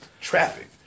traffic